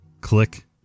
Click